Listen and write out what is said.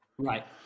Right